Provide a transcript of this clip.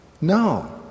No